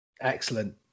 Excellent